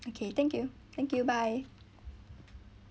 okay thank you thank you bye